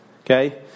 okay